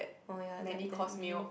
oh ya that that meal